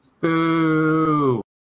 Boo